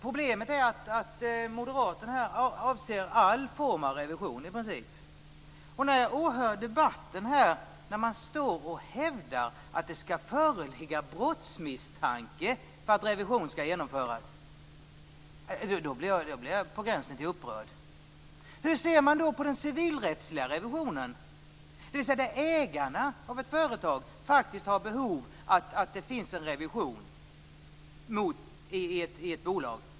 Problemet är att moderaterna i princip avser all form av revision. I debatten står man och hävdar att det skall föreligga brottsmisstanke för att revision skall genomföras. Då blir jag på gränsen till upprörd. Hur ser man då på den civilrättsliga revisionen? Ägarna av ett företag har faktiskt behov av att det görs en revision i ett bolag.